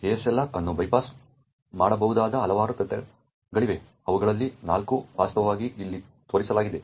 ASLR ಅನ್ನು bypass ಮಾಡಬಹುದಾದ ಹಲವಾರು ತಂತ್ರಗಳಿವೆ ಅವುಗಳಲ್ಲಿ ನಾಲ್ಕು ವಾಸ್ತವವಾಗಿ ಇಲ್ಲಿ ತೋರಿಸಲಾಗಿದೆ